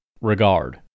regard